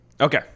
Okay